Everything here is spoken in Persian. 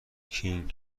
کینگ